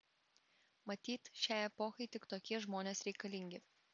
matyt šiai epochai tik tokie žmonės reikalingi